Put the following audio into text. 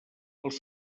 els